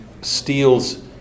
steals